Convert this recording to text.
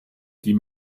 die